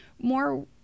more